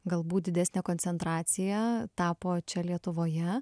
galbūt didesnė koncentracija tapo čia lietuvoje